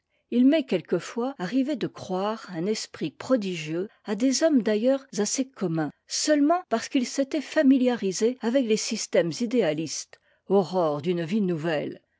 h m'est quelquefois arrivé de croire un esprit prodigieux à des hommes d'ailleurs assez communs seulement parce qu'ils s'étaient familiarisés avec les systèmes idéalistes aurore d'une vie nouvelle